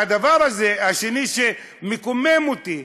והדבר השני שמקומם אותי,